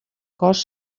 cos